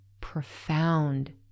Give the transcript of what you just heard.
profound